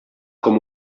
com